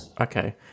okay